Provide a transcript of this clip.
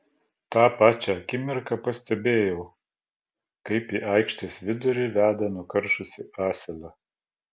tą pačią akimirką pastebėjau kaip į aikštės vidurį veda nukaršusį asilą